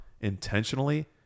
intentionally